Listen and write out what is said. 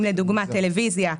אם לדוגמה, טלוויזיה.